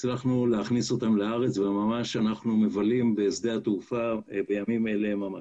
הצלחנו להכניס אותם לארץ ואנחנו מבלים בשדה התעופה בימים אלה ממש.